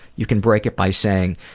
you can break it by saying,